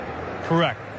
Correct